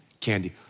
candy